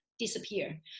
disappear